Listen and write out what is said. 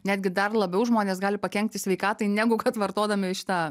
netgi dar labiau žmonės gali pakenkti sveikatai negu kad vartodami šį tą